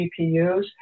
GPUs